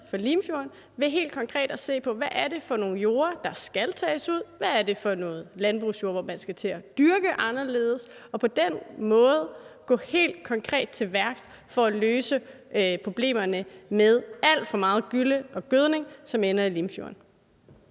i Limfjorden ved helt konkret at se på, hvad det er for nogle jorder, der skal tages ud, og hvad det er for noget landbrugsjord, som man skal til at dyrke anderledes, og på den måde gå helt konkret til værks for at løse problemerne med alt for meget gylle og gødning, som ender i Limfjorden?